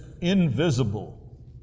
invisible